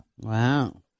Wow